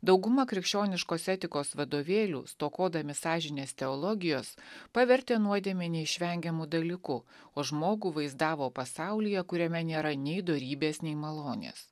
dauguma krikščioniškos etikos vadovėlių stokodami sąžinės teologijos pavertė nuodėmę neišvengiamu dalyku o žmogų vaizdavo pasaulyje kuriame nėra nei dorybės nei malonės